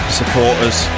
supporters